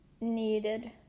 needed